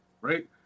right